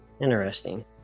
interesting